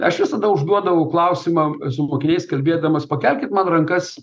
aš visada užduodavau klausimą su mokiniais kalbėdamas pakelkit man rankas